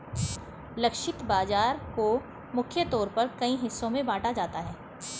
लक्षित बाजार को मुख्य तौर पर कई हिस्सों में बांटा जाता है